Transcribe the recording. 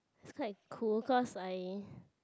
it's quite cool cause I